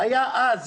היו אז